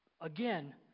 Again